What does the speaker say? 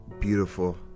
beautiful